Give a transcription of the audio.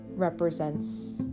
Represents